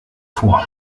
vor